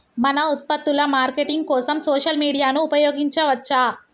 మన ఉత్పత్తుల మార్కెటింగ్ కోసం సోషల్ మీడియాను ఉపయోగించవచ్చా?